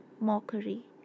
mockery